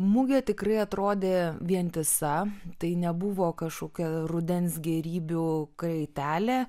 mugė tikrai atrodė vientisa tai nebuvo kažkokia rudens gėrybių kraitelė